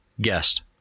guest